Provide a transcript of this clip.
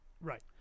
Right